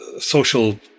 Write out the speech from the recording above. social